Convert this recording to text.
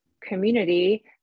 community